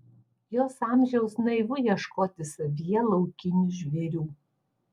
jos amžiaus naivu ieškoti savyje laukinių žvėrių